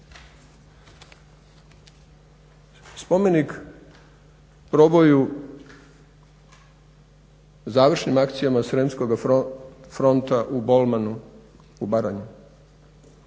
Spomenik proboju završnim akcijama sremskoga fronta u Bolmanu u Baranju